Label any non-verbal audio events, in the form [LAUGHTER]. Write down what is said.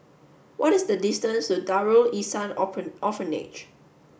what is the distance to Darul Ihsan [UNINTELLIGIBLE] Orphanage